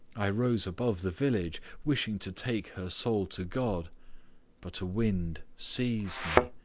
i rose above the village, wishing to take her soul to god but a wind seized me,